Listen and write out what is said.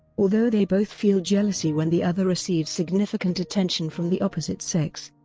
although they both feel jealousy when the other receives significant attention from the opposite sex,